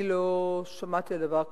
אני לא שמעתי על דבר כזה.